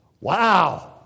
Wow